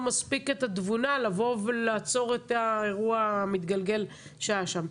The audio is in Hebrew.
מספיק את התבונה לבוא ולעצור את האירוע המתגלגל שהיה שם.